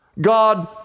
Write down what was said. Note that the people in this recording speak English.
God